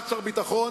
אחד שר ביטחון,